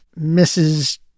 Mrs